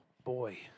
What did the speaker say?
Boy